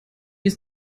ist